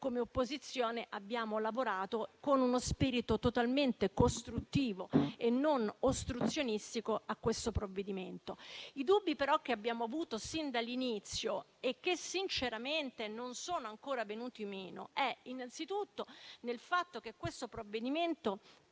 come opposizione, abbiamo lavorato con uno spirito totalmente costruttivo e non ostruzionistico a questo provvedimento. Però i dubbi che abbiamo avuto sin dall'inizio e che sinceramente non sono ancora venuti meno, riguardano innanzitutto il fatto che questo provvedimento